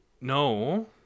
No